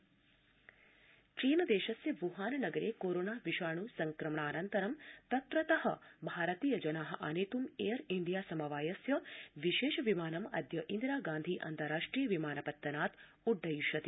air India चीनदेशस्य Wuhan नगरे corona विषाण् संक्रमणानन्तरं तत्र त भारतीय जना आनेत् एयर इण्डिया समवायस्य विशेष विमानमद्य इंदिरा गांधी अन्ताराष्ट्रिय विमानपतनात् उड़्डयिष्यति